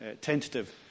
tentative